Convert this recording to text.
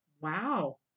Wow